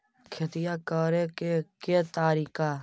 खेतिया करेके के तारिका?